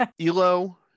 Elo